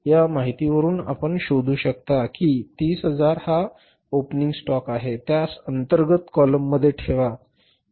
या माहितीवरून आपण शोधू शकता की 30000 हा ओपनिंग स्टॉक आहे त्यास अंतर्गत कॉलममध्ये ठेवा